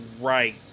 right